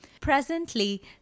presently